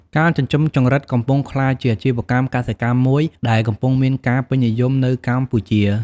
ការចិញ្ចឹមចង្រិត កំពុងក្លាយជាអាជីវកម្មកសិកម្មមួយដែលកំពុងមានការពេញនិយមនៅកម្ពុជា។